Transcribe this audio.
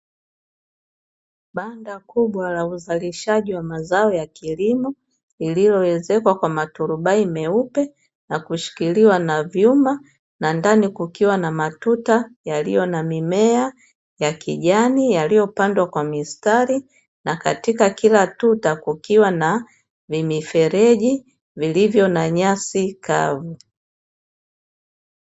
Banda kubwa la uzalishaji wa mazao ya kilimo iliyowezekwa kwa maturubai meupe, na kushikiliwa na vyuma na ndani kukiwa na matuta yaliyo na mimea ya kijani yaliyopandwa kwa mistari na katika kila tuta kukiwa na vimifereji vilivyo na nyasi kavu.